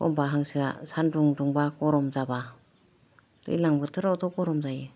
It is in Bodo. एखम्बा हांसोआ सान्दुं दुंबा गरम जाबा दैज्लां बोथोरावथ' गरम जायो